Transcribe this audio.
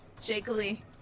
Shakily